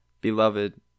Beloved